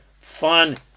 fun